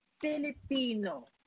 Filipino